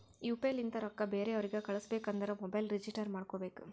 you P I ಲಿಂತ ರೊಕ್ಕಾ ಬೇರೆ ಅವ್ರಿಗ ಕಳುಸ್ಬೇಕ್ ಅಂದುರ್ ಮೊಬೈಲ್ ರಿಜಿಸ್ಟರ್ ಮಾಡ್ಕೋಬೇಕ್